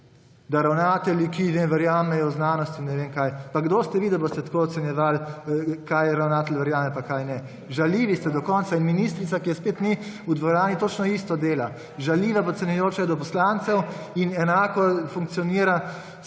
da ravnatelji, ki ne verjamejo v znanost in ne vem kaj. Kdo ste vi, da boste tako ocenjevali, v kaj ravnatelj verjame in v kaj ne? Žaljivi ste do konca. Ministrica, ki je spet ni v dvorani, točno isto dela. Žaljiva, podcenjujoča je do poslancev in enako funkcionira s